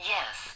Yes